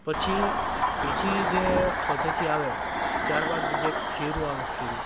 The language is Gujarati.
પછી બીજી જે પદ્ધતિ આવે ત્યારબાદ જે ખીરું આવે ખીરું